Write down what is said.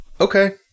Okay